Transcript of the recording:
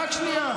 רק שנייה.